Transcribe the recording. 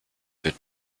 für